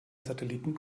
satelliten